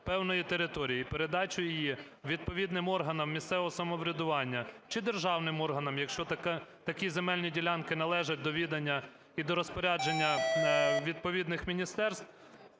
певної території і передача її відповідним органам місцевого самоврядування чи державним органам, якщо такі земельні ділянки належать до відання і до розпорядження відповідних міністерств